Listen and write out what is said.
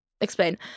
explain